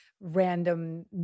random